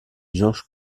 george